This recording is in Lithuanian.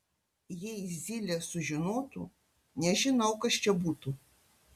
jei zylė sužinotų nežinau kas čia būtų